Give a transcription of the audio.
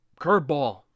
curveball